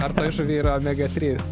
ar toj žuvy yra omega trys